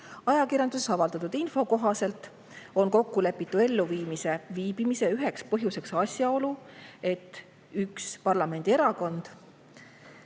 Ajakirjanduses avaldatud info kohaselt on kokkulepitu elluviimise viibimise üheks põhjuseks asjaolu, et üks parlamendierakond,